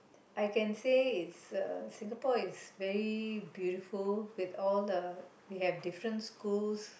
I can say it's a Singapore is very beautiful with all the we have different schools